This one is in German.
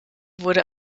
wurde